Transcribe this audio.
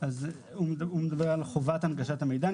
אז הוא מדבר על חובת הנגשת המידע,